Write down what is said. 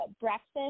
breakfast